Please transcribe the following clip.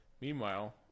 Meanwhile